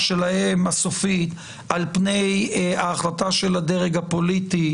הסופית שלהם על פני ההחלטה של הדרג הפוליטי,